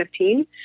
2015